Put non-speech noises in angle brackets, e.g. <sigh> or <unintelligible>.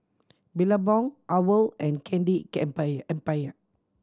Billabong owl and Candy <unintelligible> Empire